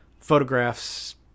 photographs